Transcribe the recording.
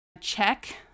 check